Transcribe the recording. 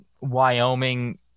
Wyoming